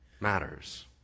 matters